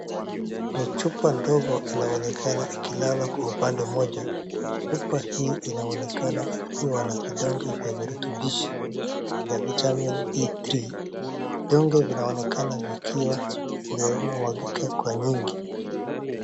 Ni chupa ndogo inayoonekana ikilala kwa upande moja, chupa hii inaonekana ikiwa na vidonge vya virutubishi vya Vitamin D3 .Vindonge vinaonekana vikiwa vimemwangika kwa nyingi.